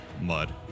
Mud